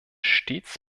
stets